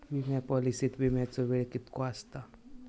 विमा पॉलिसीत विमाचो वेळ कीतको आसता?